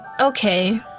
okay